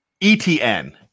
ETN